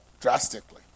drastically